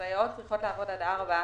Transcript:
הסייעות צריכות לעבוד עד 4:00,